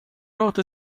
wrote